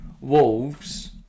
Wolves